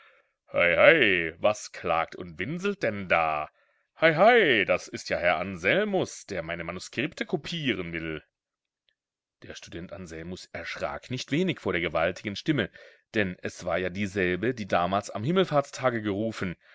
hei hei was klagt und winselt denn da hei hei das ist ja herr anselmus der meine manuskripte kopieren will der student anselmus erschrak nicht wenig vor der gewaltigen stimme denn es war ja dieselbe die damals am himmelfahrtstage gerufen